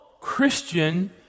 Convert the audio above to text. Christian